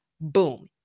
Boom